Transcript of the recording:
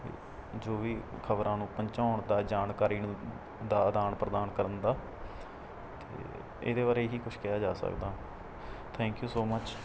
ਜੋ ਵੀ ਖਬਰਾਂ ਨੂੰ ਪਹੁੰਚਾਉਣ ਦਾ ਜਾਣਕਾਰੀ ਨੂੰ ਦਾ ਅਦਾਨ ਪ੍ਰਦਾਨ ਕਰਨ ਦਾ ਅਤੇ ਇਹਦੇ ਬਾਰੇ ਇਹੀ ਕੁਛ ਕਿਹਾ ਜਾ ਸਕਦਾ ਥੈਂਕਿ ਊ ਸੋ ਮੱਚ